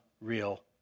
real